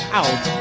out